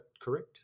correct